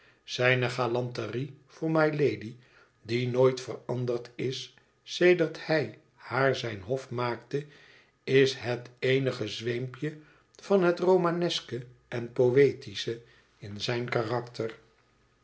zijne galanterie voor mylady die nooit veranderd is sedert hij haar zijn hof maakte is het eenige zweempje van het romaneske en poëtische in zijn karakter